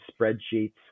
spreadsheets